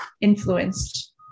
influenced